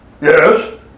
Yes